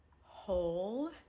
whole